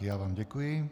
Já vám děkuji.